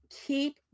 Keep